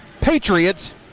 Patriots